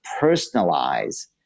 personalize